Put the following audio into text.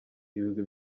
ibigwi